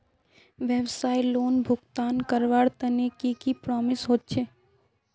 व्यवसाय लोन भुगतान करवार तने की की प्रोसेस होचे?